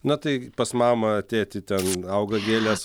na tai pas mamą tėtį ten auga gėlės